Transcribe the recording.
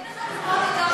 אין לך דוגמאות יותר טובות?